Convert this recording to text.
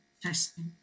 testing